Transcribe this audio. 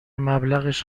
مبلغش